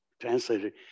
translated